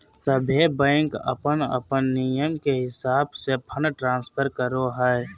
सभे बैंक अपन अपन नियम के हिसाब से फंड ट्रांस्फर करो हय